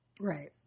Right